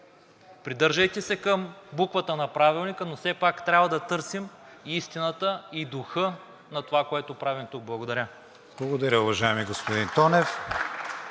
Придържайте се към буквата на Правилника, но все пак трябва да търсим истината и духа на това, което правим тук. Благодаря. ПРЕДСЕДАТЕЛ КРИСТИАН ВИГЕНИН: Благодаря, уважаеми господин Тонев.